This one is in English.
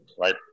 right